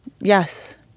Yes